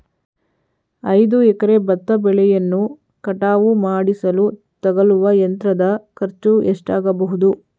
ಐದು ಎಕರೆ ಭತ್ತ ಬೆಳೆಯನ್ನು ಕಟಾವು ಮಾಡಿಸಲು ತಗಲುವ ಯಂತ್ರದ ಖರ್ಚು ಎಷ್ಟಾಗಬಹುದು?